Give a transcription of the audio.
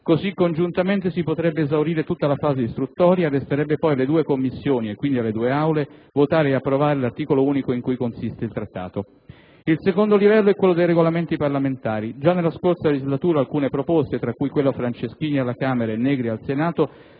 Così congiuntamente si potrebbe esaurire tutta la fase istruttoria. Resterebbe poi alle due Commissioni, e quindi alle due Aule, votare ed approvare l'articolo unico in cui consiste il Trattato. Il secondo livello è quello dei Regolamenti parlamentari. Già nella scorsa legislatura, alcune proposte, tra cui quella dell'onorevole Franceschini alla Camera e della senatrice